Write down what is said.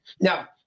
Now